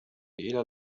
إلى